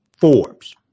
Forbes